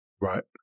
Right